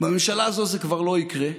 בממשלה הזו זה כבר לא יקרה.